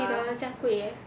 fifty dollar 酱贵 leh